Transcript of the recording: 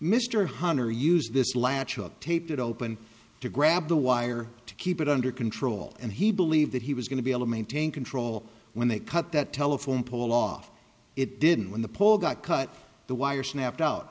mr hunter used this latch up taped it open to grab the wire to keep it under control and he believed that he was going to be able maintain control when they cut that telephone pole off it didn't when the pole got cut the wire snapped out